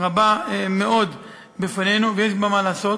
רבה מאוד בפנינו ויש מה לעשות.